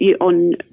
on